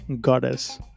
goddess